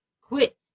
quit